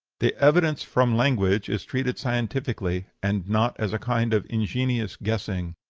the evidence from language is treated scientifically, and not as a kind of ingenious guessing.